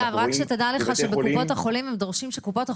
אגב, רק שתדע, שבקופות החולים יעמדו